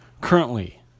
Currently